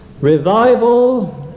revival